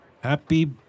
Happy